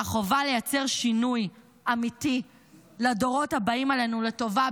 והחובה לייצר שינוי אמיתי לדורות הבאים עלינו לטובה,